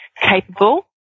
capable